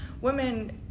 women